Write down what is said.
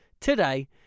today